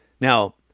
Now